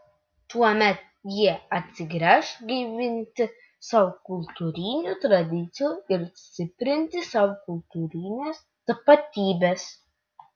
tuomet jie atsigręš gaivinti savo kultūrinių tradicijų ir stiprinti savo kultūrinės tapatybės